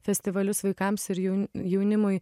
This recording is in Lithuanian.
festivalius vaikams ir jaun jaunimui